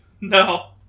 No